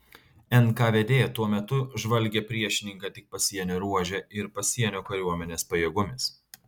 nkvd tuo metu žvalgė priešininką tik pasienio ruože ir pasienio kariuomenės pajėgomis